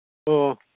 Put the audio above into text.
ꯑꯣ